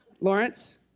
Lawrence